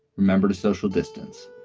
remember the social distance?